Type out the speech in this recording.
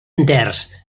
enters